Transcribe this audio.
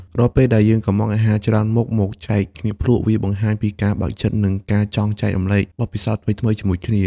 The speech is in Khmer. រាល់ពេលដែលយើងកម្ម៉ង់អាហារច្រើនមុខមកចែកគ្នាភ្លក់ វាបង្ហាញពីការបើកចិត្ត និងការចង់ចែករំលែកបទពិសោធន៍ថ្មីៗជាមួយគ្នា។